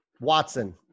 Watson